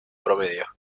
promedio